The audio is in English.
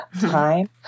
time